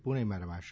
પૂણેમાં રમાશે